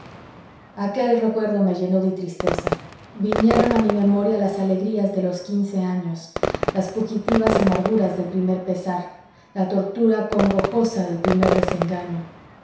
aquel recuerdo me llenó de tristeza vinieron a mi memoria las alegrías de los quince años las fugitivas amarguras del primer pesar la tortura congojosa del primer desengaño